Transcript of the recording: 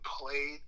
played